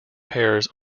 pairs